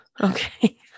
Okay